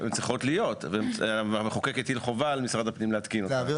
צריכות להיות והמחוקק הטיל חובה על משרד הפנים להתקין אותן.